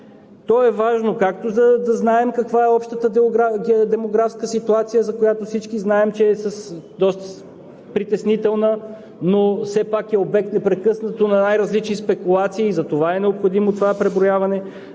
То е важно, за да знаем каква е общата демографска ситуация, за която всички знаем, че е доста притеснителна, но все пак е обект непрекъснато на най-различни спекулации. Затова е необходимо това преброяване